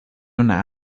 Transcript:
una